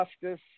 justice